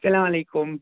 سلام علیکُم